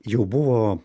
jau buvo